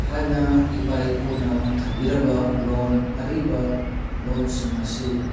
ꯊꯥꯏꯅ ꯏꯄꯥ ꯏꯄꯨꯅ ꯊꯝꯕꯤꯔꯝꯕ ꯂꯣꯟ ꯑꯔꯤꯕ ꯂꯣꯟꯁꯤꯡ ꯑꯁꯤ